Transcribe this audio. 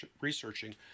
researching